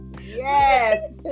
Yes